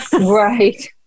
Right